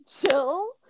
chill